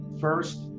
first